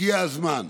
הגיע הזמן.